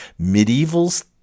medievals